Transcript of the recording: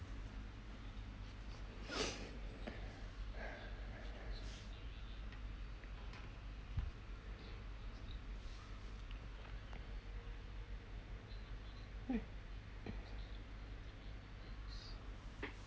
mm